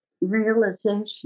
realization